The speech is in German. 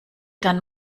dann